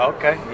Okay